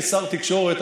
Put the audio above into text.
כשר תקשורת,